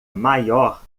maior